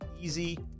easy